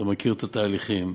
אתה מכיר את התהליכים,